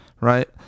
Right